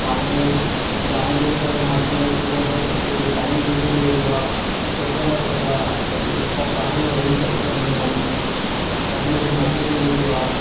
पाण में रांदि रूंदि कंदे मस्ती वस्ती कंदे इअं ई टाइम गुज़िरी वेंदो आहे सुठो लॻंदो आहे हिक ॿिए सां सभु पाण में वही करे खेॾंदा आहिनि सभिनि खे मज़ो बि ईंदो आहे